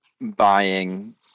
buying